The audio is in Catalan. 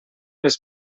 les